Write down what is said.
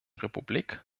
republik